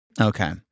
Okay